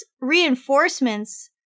reinforcements